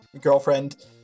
girlfriend